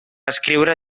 escriure